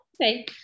Okay